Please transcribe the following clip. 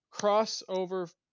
crossover